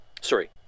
Sorry